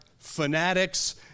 fanatics